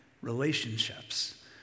relationships